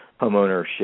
homeownership